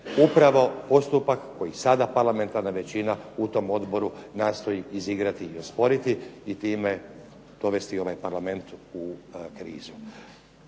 Upravo postupak koji sada parlamentarna većina u tom odboru nastoji izigrati i osporiti i time dovesti ovaj Parlament u krizu.